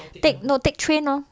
take no take train lor